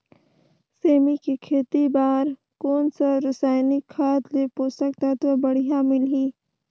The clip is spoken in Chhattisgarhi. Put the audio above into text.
सेमी के खेती बार कोन सा रसायनिक खाद ले पोषक तत्व बढ़िया मिलही?